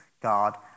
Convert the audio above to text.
God